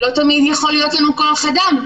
לא תמיד יכול להיות לנו כוח אדם.